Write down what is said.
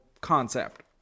concept